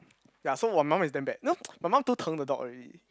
ya so my mum is damn bad you know my mum too the dog already